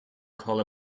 call